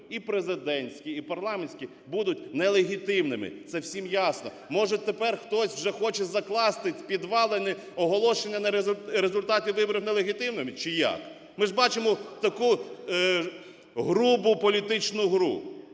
і президентські, і парламентські – будуть нелегітимними, це всім ясно. Може, тепер хтось вже хоче закласти підвалини оголошення результатів виборів нелегітимними – чи як? Ми ж бачимо таку грубу політичну гру.